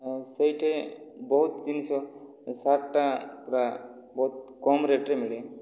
ଆଉ ସେଇଠି ବହୁତ ଜିନିଷ ସାର୍ଟଟା ପୁରା ବହୁତ କମ ରେଟ୍ରେ ମିଳେ